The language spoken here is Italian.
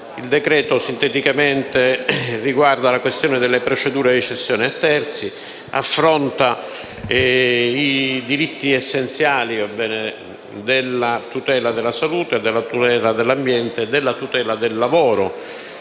Il decreto sinteticamente riguarda la questione delle procedure di cessione a terzi, affronta i diritti essenziali della tutela della salute, della tutela dell'ambiente e della tutela del lavoro.